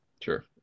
Sure